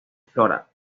flora